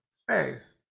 space